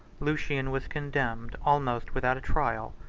lucian was condemned, almost with out a trial,